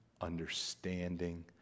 understanding